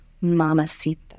mamacita